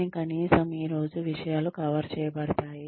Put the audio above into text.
కానీ కనీసం ఈ రోజు విషయాలు కవర్ చేయబడతాయి